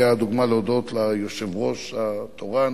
זו הדוגמה, להודות ליושב-ראש התורן